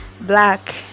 black